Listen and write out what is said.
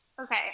Okay